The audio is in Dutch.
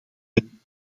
ben